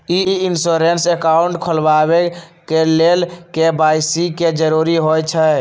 ई insurance account खोलबाबे के लेल के.वाई.सी के जरूरी होइ छै